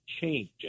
change